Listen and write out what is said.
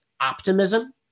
optimism